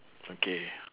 okay